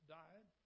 died